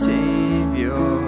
Savior